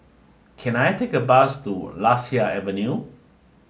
can I take a bus to Lasia Avenue